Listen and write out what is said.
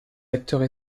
acteurs